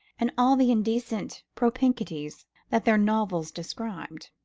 and all the indecent propinquities that their novels described.